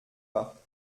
pas